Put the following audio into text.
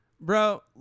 Bro